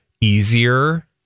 easier